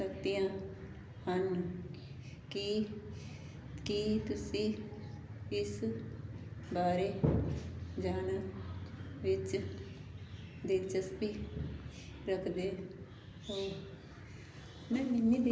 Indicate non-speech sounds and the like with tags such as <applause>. ਸਕੀਆਂ ਹਨ ਕੀ ਕੀ ਤੁਸੀਂ ਇਸ ਬਾਰੇ ਜਾਨਣ ਵਿੱਚ ਦਿਲਚਸਪੀ ਰੱਖਦੇ ਹੋ <unintelligible>